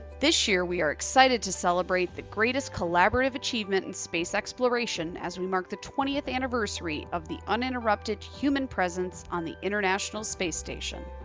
this year, we are excited to celebrate the greatest collaborative achievement in space exploration as we mark the twentieth anniversary of the uninterrupted human presence on the international space station.